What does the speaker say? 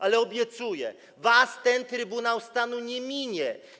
Ale obiecuję, was ten Trybunał Stanu nie ominie.